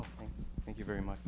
so thank you very much